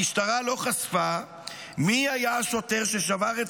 המשטרה לא חשפה מי היה השוטר ששבר את